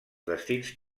destins